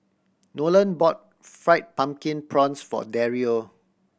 Nolan bought Fried Pumpkin Prawns for Dario